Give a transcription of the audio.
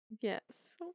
Yes